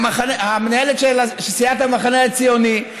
מנהלת סיעת המחנה הציוני,